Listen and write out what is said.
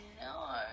no